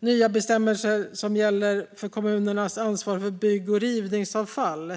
nya bestämmelser som gäller kommunernas ansvar för bygg och rivningsavfall.